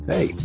Hey